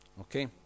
Okay